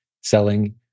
selling